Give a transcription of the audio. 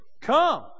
Come